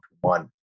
one